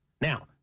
Now